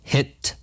Hit